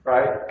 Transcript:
Right